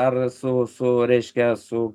ar su su reiškia su